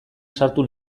sartu